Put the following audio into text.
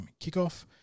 kickoff